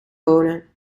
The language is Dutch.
bonen